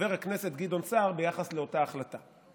חבר הכנסת גדעון סער ביחס לאותה החלטה.